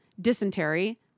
dysentery